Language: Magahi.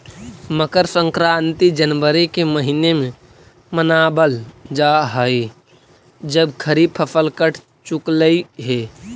मकर संक्रांति जनवरी के महीने में मनावल जा हई जब खरीफ फसल कट चुकलई हे